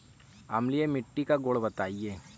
अम्लीय मिट्टी का गुण बताइये